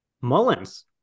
Mullins